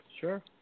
Sure